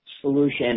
solution